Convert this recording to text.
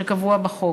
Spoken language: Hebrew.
שקבוע בחוק.